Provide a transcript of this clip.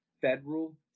federal